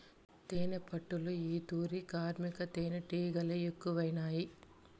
తేనెపట్టులో ఈ తూరి కార్మిక తేనీటిగలె ఎక్కువైనాయి